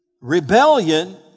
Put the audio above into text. Rebellion